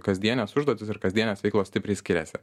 kasdienės užduotys ir kasdienės veiklos stipriai skiriasi